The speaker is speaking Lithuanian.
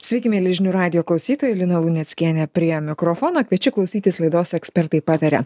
sveiki mieli žinių radijo klausytojai lina luneckienė prie mikrofono kviečiu klausytis laidos ekspertai pataria